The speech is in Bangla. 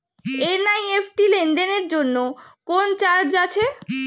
এন.ই.এফ.টি লেনদেনের জন্য কোন চার্জ আছে?